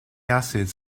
acids